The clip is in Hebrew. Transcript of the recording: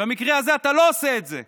במקרה הזה אתה לא עושה את זה.